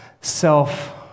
self